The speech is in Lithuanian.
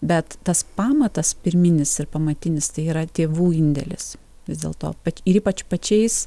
bet tas pamatas pirminis ir pamatinis tai yra tėvų indėlis vis dėlto bet ir ypač pačiais